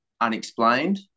unexplained